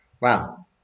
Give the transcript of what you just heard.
Wow